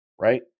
right